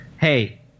hey